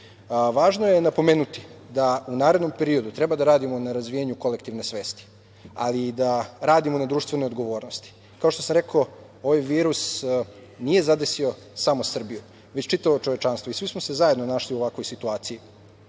je napomenuti u narednom periodu treba da radimo na razvijanju kolektivne svesti, ali i da radimo na društvenoj odgovornosti. Kao što sam rekao, ovaj virus nije zadesio samo Srbiju, već čitavo čovečanstvo i svi smo se zajedno našli u ovakvoj situaciji.Međutim,